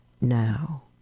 now